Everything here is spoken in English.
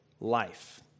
life